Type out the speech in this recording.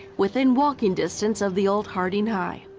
within walking distance of the old harding high.